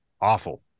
awful